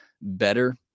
better